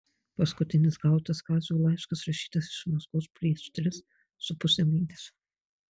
paskutinis gautas kazio laiškas rašytas iš maskvos prieš tris su puse mėnesio